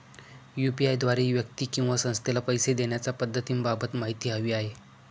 UPI द्वारे व्यक्ती किंवा संस्थेला पैसे देण्याच्या पद्धतींबाबत माहिती हवी आहे